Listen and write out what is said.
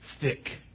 thick